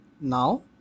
now